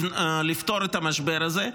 לפתור את המשבר הזה,